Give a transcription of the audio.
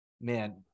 man